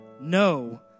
no